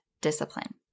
discipline